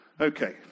Okay